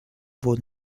wurde